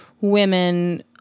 women